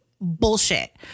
bullshit